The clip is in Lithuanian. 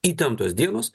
įtemptos dienos